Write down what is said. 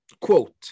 Quote